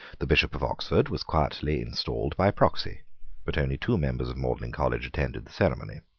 the bishop of oxford was quietly installed by proxy but only two members of magdalene college attended the ceremony.